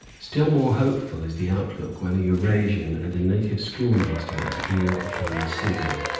still more hopeful is the outlook when a eurasian and a native school-master appear upon the scene,